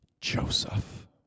Joseph